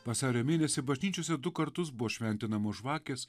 vasario mėnesį bažnyčiose du kartus buvo šventinamos žvakės